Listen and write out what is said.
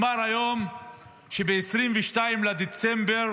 היום נאמר שב-22 בדצמבר